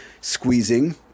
squeezing